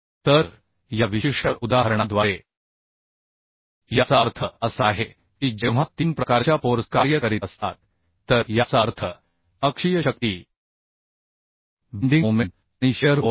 तर या विशिष्ट उदाहरणाद्वारे याचा अर्थ असा आहे की जेव्हा 3 प्रकारसंक्षेप फोर्स कार्य करीत असतात तर याचा अर्थ अक्षीय शक्ती बेंडिंग मोमेंट आणि शिअर फोर्स